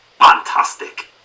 fantastic